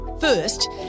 First